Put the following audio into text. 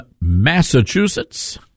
Massachusetts